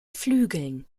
flügeln